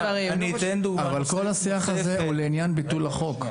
אבל כל השיח הזה הוא לעניין ביטול החוק.